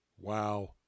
Wow